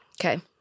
Okay